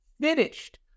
finished